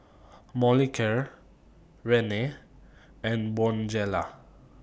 Molicare Rene and Bonjela